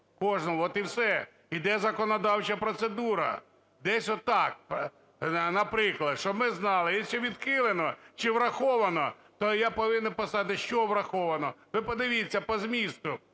кожного. От і все. Іде законодавча процедура. Десь отак, наприклад, щоб ми знали, якщо відхилено чи враховано, то я повинен знати, що враховано. Ви подивіться по змісту,